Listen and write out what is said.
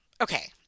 okay